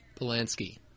Polanski